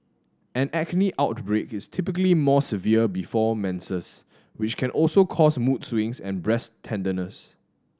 an acne outbreak is typically more severe before menses which can also cause mood swings and breast tenderness